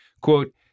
quote